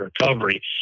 Recovery